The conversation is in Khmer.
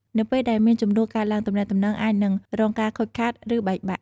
នៅពេលដែលមានជម្លោះកើតឡើង ទំនាក់ទំនងអាចនឹងរងការខូចខាត ឬបែកបាក់។